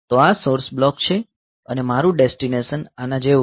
તો આ source block છે અને મારું ડેસ્ટિનેશન આના જેવું છે